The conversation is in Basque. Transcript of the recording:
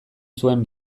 zuen